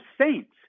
saints